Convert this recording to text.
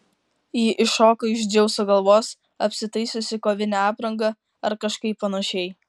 ji iššoko iš dzeuso galvos apsitaisiusi kovine apranga ar kažkaip panašiai